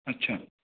अच्छा